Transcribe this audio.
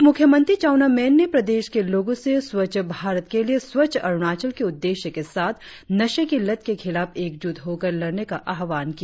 उपमुख्यमंत्री चाउना मेन ने प्रदेश के लोगों से स्वच्छ भारत के लिए स्वच्छ अरुणाचल के उद्देश्य के साथ नशे की लत के खिलाफ एकजुट होकर लड़ने का आह्वान किया